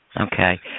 Okay